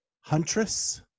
Huntress